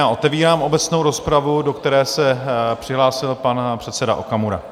Otevírám obecnou rozpravu, do které se přihlásil pan předseda Okamura.